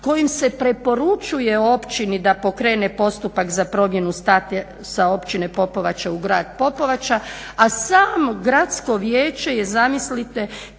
kojim se preporučuje općini da pokrene postupak za promjenu statusa Općine Popovača u grad Popovača, a samo gradsko vijeće je zamislite